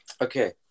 Okay